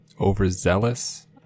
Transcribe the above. overzealous